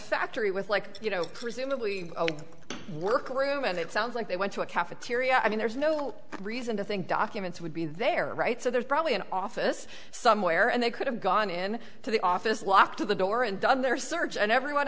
factory with like you know presumably a work room and it sounds like they went to a cafeteria i mean there's no reason to think documents would be there right so there's probably an office somewhere and they could have gone in to the office walk to the door and done their search and everyone